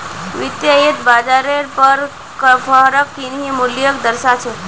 वित्तयेत बाजारेर पर फरक किन्ही मूल्योंक दर्शा छे